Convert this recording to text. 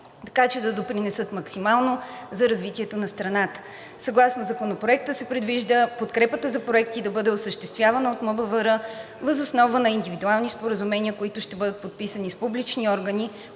така че да допринесат максимално за развитието на страната. Съгласно Законопроекта се предвижда подкрепата за проекти да бъде осъществявана от МБВР въз основа на индивидуални споразумения, които ще бъдат подписани с публични органи,